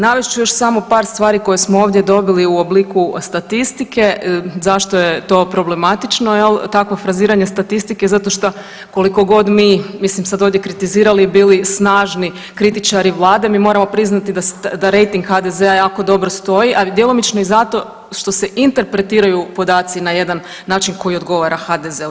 Navest ću još samo par stvari koje smo ovdje dobili u obliku statistike zašto je to problematično takvo fraziranje statistike, zato što kolikogod mi mislim sad ovdje kritizirali i bili snažni kritičari vlade mi moramo priznati da rejting HDZ-a jako dobro stoji, ali djelomično i zato što se interpretiraju podaci na jedan način koji odgovara HDZ-u.